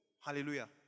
Hallelujah